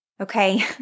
Okay